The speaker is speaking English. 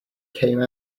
came